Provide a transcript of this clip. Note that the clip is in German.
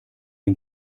ein